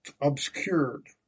obscured